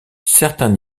certains